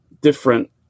different